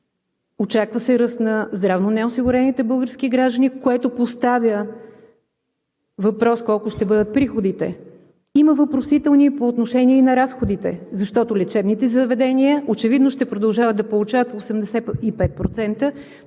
Очаква се ръст на здравно неосигурените български граждани, което поставя въпрос: колко ще бъдат приходите? Има въпросителни и по отношение на разходите, защото лечебните заведения очевидно ще продължават да получават 85%,